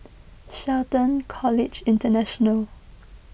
Shelton College International